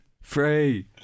Free